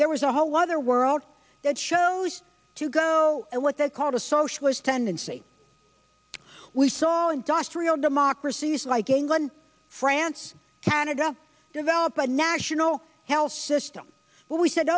there was a whole other world that chose to go and what they called a socialist tendency we saw industrial democracies like england france canada develop a national health system but we said